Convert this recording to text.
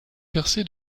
percé